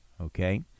Okay